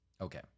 Okay